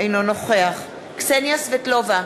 אינו נוכח קסניה סבטלובה,